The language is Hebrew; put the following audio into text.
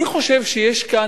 אני חושב שיש כאן